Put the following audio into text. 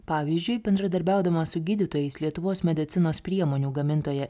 pavyzdžiui bendradarbiaudama su gydytojais lietuvos medicinos priemonių gamintoja